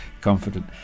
confident